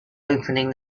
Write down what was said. opening